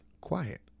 quiet